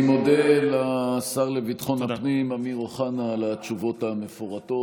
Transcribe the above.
אני מודה לשר לביטחון הפנים אמיר אוחנה על התשובות המפורטות.